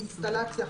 אינסטלציה,